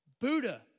Buddha